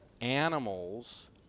animals